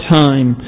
time